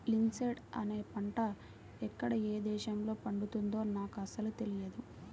linseed అనే పంట ఎక్కడ ఏ దేశంలో పండుతుందో నాకు అసలు తెలియదు